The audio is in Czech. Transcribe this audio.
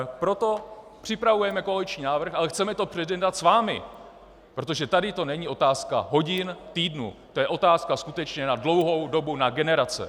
Proto připravujeme koaliční návrh, ale chceme to předjednat s vámi, protože tady to není otázka hodin, týdnů, to je otázka skutečně na dlouhou dobu, na generace.